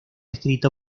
escrito